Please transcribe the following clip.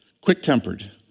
Quick-tempered